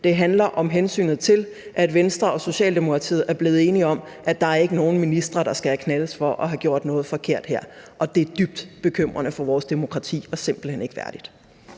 Det handler om hensynet til, at Venstre og Socialdemokratiet er blevet enige om, at der ikke er nogen ministre, der skal knaldes for at have gjort noget forkert her, og det er dybt bekymrende for vores demokrati og simpelt hen ikke værdigt.